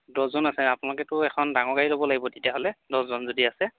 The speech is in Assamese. দছজন আছে আপোনোকেতো এখন ডাঙৰ গাড়ী ল'ব লাগিব তেতিয়াহ'লে দছজন যদি আছে